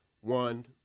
one